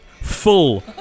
full